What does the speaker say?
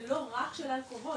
זה לא רק של אלכוהול,